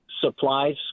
supplies